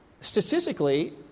statistically